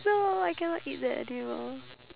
no I cannot eat that anymore